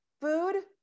Food